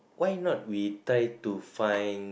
why not we try to find